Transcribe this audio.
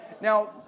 Now